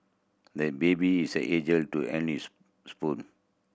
the baby is eager to his spoon